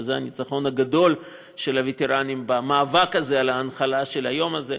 וזה הניצחון הגדול של הווטרנים במאבק הזה על ההנחלה של היום הזה.